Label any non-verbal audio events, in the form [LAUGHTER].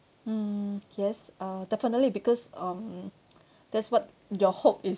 mm yes uh definitely because um [BREATH] that's what your hope is